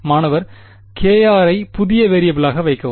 மாணவர் kr ஐ புதிய வேரியபிலாக வைக்கவும்